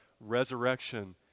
resurrection